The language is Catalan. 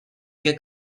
què